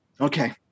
Okay